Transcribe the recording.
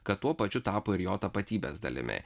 kad tuo pačiu tapo ir jo tapatybės dalimi